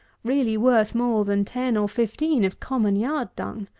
really worth more than ten or fifteen of common yard dung.